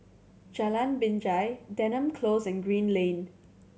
Jalan Binjai Denham Close and Green Lane